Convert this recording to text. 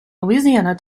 louisiana